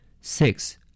six